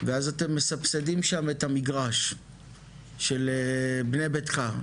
ואז אתם מסבסדים שם את המגרש של בני ביתך.